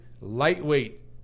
lightweight